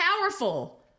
powerful